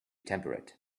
temperate